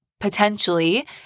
potentially